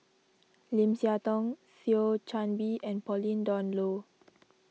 Lim Siah Tong Thio Chan Bee and Pauline Dawn Loh